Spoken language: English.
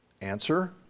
Answer